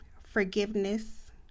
forgiveness